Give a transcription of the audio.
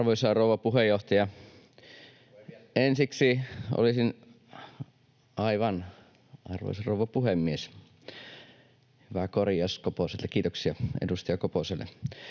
Arvoisa rouva puheenjohtaja! [Ari Koponen: Puhemies!] — Aivan, arvoisa rouva puhemies! Hyvä korjaus Koposelta, kiitoksia edustaja Koposelle.